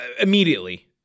immediately